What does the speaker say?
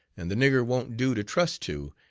and the nigger won't do to trust to,